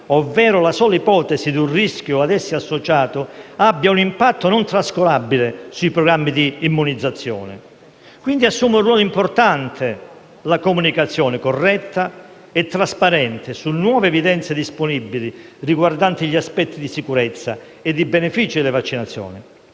ovvero la sola ipotesi di un rischio ad essi associato, abbia un impatto non trascurabile sui programmi di immunizzazione. Pertanto, assume un ruolo importante la comunicazione corretta e trasparente, su nuove evidenze disponibili riguardanti gli aspetti di sicurezza e i benefici delle vaccinazioni.